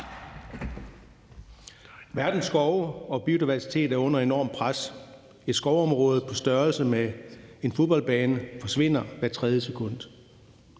Verdens skove og biodiversitet er under enormt pres. Et skovområdet på størrelse med en fodboldbane forsvinder hvert tredje sekund.